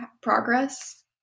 progress